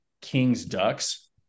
Kings-Ducks